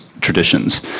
traditions